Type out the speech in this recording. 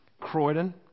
Croydon